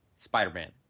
Spider-Man